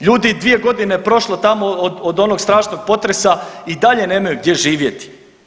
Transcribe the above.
Ljudi, 2 godine je prošlo tamo od onog strašnog potresa i dalje nemaju gdje živjeti.